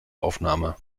aufnahme